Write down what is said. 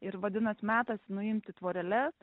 ir vadinas metas nuimti tvoreles